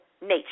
nature